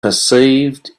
perceived